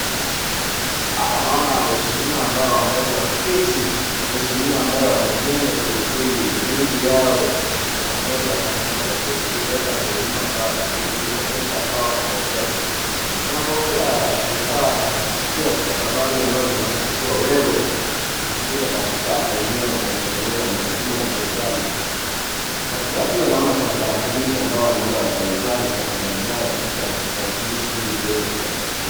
Hapa naona waheshimiwa ambao wameweza wakaketi . waheshimiwa ambao wameeza kujenga kwelikweli mweli yao wameweza wakanenepa kwelikweli hapa ni huduma centre wanapokea . Wanapokea vifaa na pia stakabadhi ambazo zinaonyesha kuwa wewe ni mshirika katika eneo la kutekeleza majukumu za serekali katika pia naona tarakilishi ambazo wanaweza wakahigadhi katika tarakilishi ambazo haziwezi kupotea.